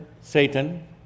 Satan